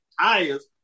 tires